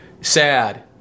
Sad